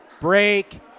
break